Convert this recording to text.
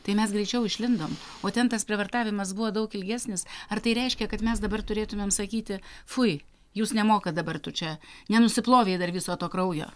tai mes greičiau išlindom o ten tas prievartavimas buvo daug ilgesnis ar tai reiškia kad mes dabar turėtumėm sakyti fui jūs nemokat dabar tu čia nenusiplovei dar viso to kraujo